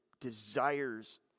desires